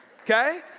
Okay